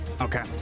Okay